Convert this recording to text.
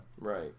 Right